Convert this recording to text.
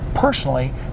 personally